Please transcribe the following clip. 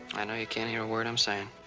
i know you can't hear a word i'm saying.